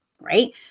Right